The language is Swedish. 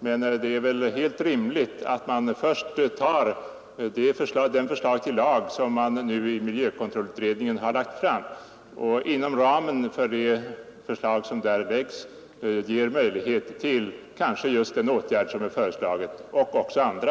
Men det är helt rimligt att man först tar det förslag till lag som miljökontrollutredningen lagt fram. Inom ramen för detta förslag ges möjlighet till kanske just den åtgärd som är föreslagen och även andra.